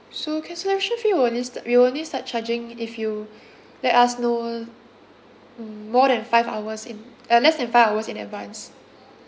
so cancellation fee will only sta~ we will only start charging if you let us know mm more than five hours in uh less than five hours in advance